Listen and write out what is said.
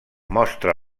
mostra